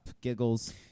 giggles